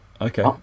Okay